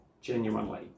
genuinely